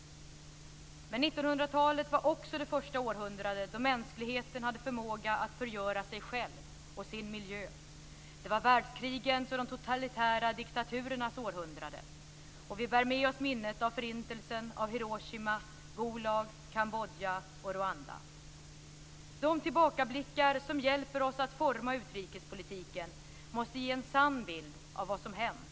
Men 1900-talet var också det första århundrade då mänskligheten hade förmåga att förgöra sig själv och sin miljö. Det var världskrigens och de totalitära diktaturernas århundrade. Vi bär med oss minnet av De tillbakablickar som hjälper oss att forma utrikespolitiken måste ge en sann bild av vad som hänt.